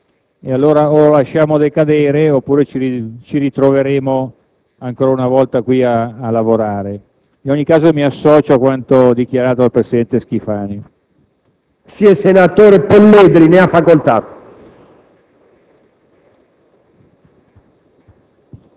approvato un decreto sulla sicurezza. Allora, o lo lasciamo decadere oppure ci ritroveremo ancora una volta qui a lavorare. In ogni caso, mi associo a quanto dichiarato dal presidente Schifani.